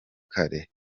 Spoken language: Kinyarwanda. kale